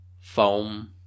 foam